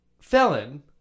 felon